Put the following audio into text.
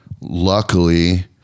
luckily